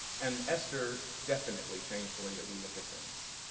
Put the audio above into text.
and esther definitely changed the way that we look at things.